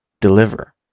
deliver